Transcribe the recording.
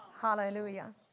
Hallelujah